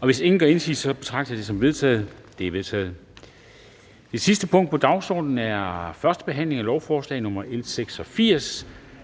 Og hvis ingen gør indsigelse, betragter jeg det som vedtaget. Det er vedtaget. --- Det sidste punkt på dagsordenen er: 13) 1. behandling af lovforslag nr. L 86: